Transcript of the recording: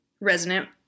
resonant